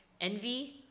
envy